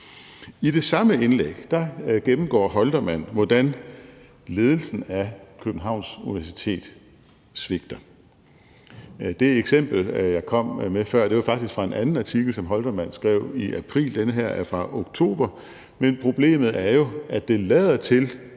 I det samme indlæg gennemgår Holtermann, hvordan ledelsen af Københavns Universitet svigter. Det eksempel, jeg kom med før, var faktisk fra en anden artikel, som Holtermann skrev i april. Det her er fra oktober. Men problemet er jo, at det lader til,